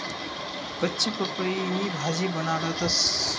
कच्ची पपईनी भाजी बनाडतंस